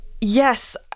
Yes